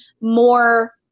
more